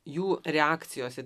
jų reakcijos į